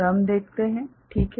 तो हम देखते हैं ठीक है